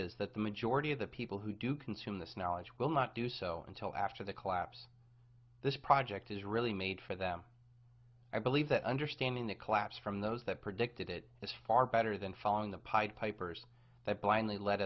is that the majority of the people who do consume this knowledge will not do so until after the collapse this project is really made for them i believe that understanding the collapse from those that predicted it is far better than following the pied pipers that blindly le